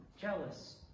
jealous